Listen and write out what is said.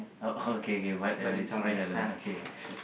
oh okay okay what it's irrelevant okay